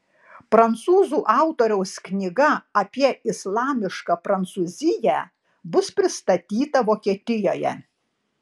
prancūzų autoriaus knyga apie islamišką prancūziją bus pristatyta vokietijoje